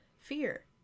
fear